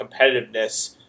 competitiveness